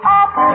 up